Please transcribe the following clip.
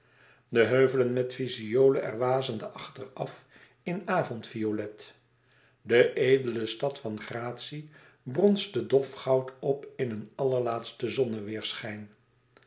de heuvelen met fiesole er wazende achter af in avondviolet de edele stad van gratie bronsde dofgoud op in een allerlaatsten